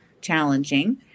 challenging